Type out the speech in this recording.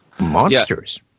monsters